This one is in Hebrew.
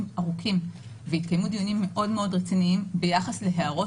ארוכים והתקיימו דיונים מאוד מאוד רציניים ביחס להערות